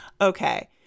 Okay